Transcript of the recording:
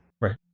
right